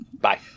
Bye